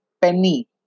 penny